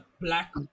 black